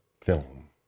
film